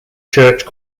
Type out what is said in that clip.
church